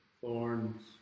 Thorns